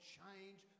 change